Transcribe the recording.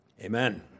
Amen